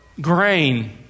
grain